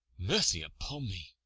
mercy upon me,